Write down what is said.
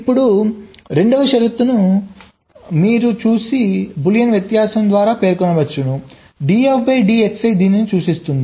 ఇప్పుడు రెండవ షరతును మీరు చూసే బూలియన్ వ్యత్యాసం ద్వారా పేర్కొనవచ్చు df dXi దేనిని సూచిస్తుంది